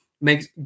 makes